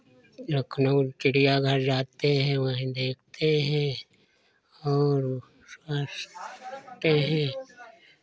लखनऊ चिड़ियाघर जाते हैं वहीं देखते हैं और उसका देखते हैं